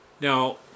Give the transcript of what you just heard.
Now